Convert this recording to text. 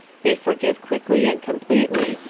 they forgive quickly and completely,